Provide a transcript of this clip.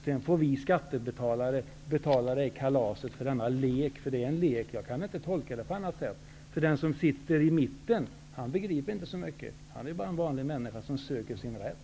Sedan får vi skattebetalare betala för denna lek, eftersom det är en lek. Jag kan inte tolka det på annat sätt. Den som sitter i mitten begriper inte så mycket. Han är bara en vanlig människa som söker sin rätt.